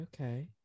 okay